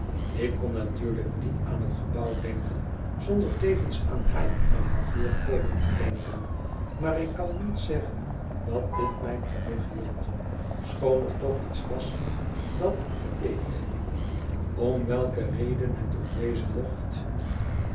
ik kon natuurlijk niet aan het gebouw denken zonder tevens aan haar en haar voorkomen te denken maar ik kan niet zeggen dat dit mij terughield schoon er toch iets was dat het deed om welke reden het ook wezen mocht